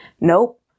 Nope